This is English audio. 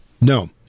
No